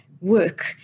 work